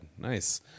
Nice